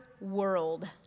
world